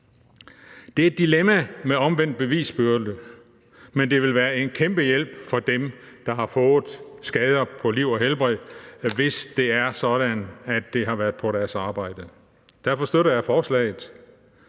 Det er et dilemma med omvendt bevisbyrde, men det ville være en kæmpe hjælp for dem, der har fået skader på liv og helbred, hvis det har været på deres arbejde. Derfor støtter jeg forslaget,